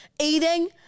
Eating